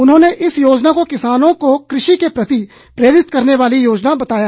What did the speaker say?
उन्होंने इस योजना को किसानों को कृषि के प्रति प्रेरित करने वाली योजना बताया